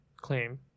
Claim